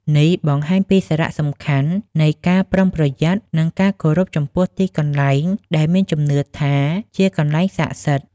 នេះបង្ហាញពីសារៈសំខាន់នៃការប្រុងប្រយ័ត្ន និងការគោរពចំពោះទីកន្លែងដែលមានជំនឿថាជាកន្លែងស័ក្តិសិទ្ធិ។